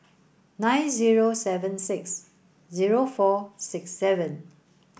nine zero seven six zero four six seven